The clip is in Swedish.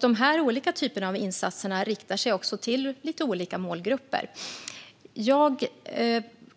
Dessa olika typer av insatser riktar sig till lite olika målgrupper. Jag